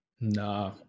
Nah